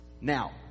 Now